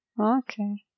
Okay